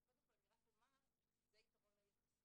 אז קודם כל אני רק אומר שזה היתרון היחסי.